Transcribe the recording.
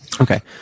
Okay